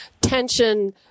tension